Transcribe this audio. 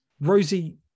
Rosie